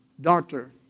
doctor